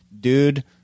dude